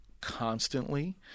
constantly